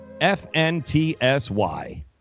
FNTSY